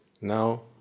now